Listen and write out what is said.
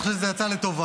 אני חושב שזה יצא לטובה,